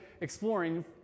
exploring